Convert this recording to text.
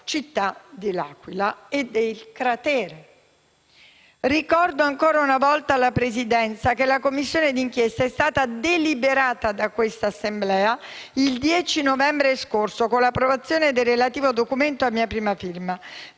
città dell'Aquila e dei crateri. Ricordo ancora una volta alla Presidenza che la Commissione d'inchiesta è stata deliberata da quest'Assemblea il 10 novembre scorso, con l'approvazione del relativo documento a mia prima firma.